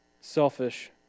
selfish